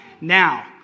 now